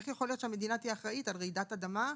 הרי איך יכול להיות שהמדינה תהיה אחראית על רעידת אדמה,